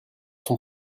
sont